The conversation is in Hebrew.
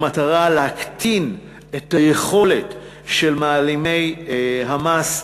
במטרה להקטין את היכולת של מעלימי המס,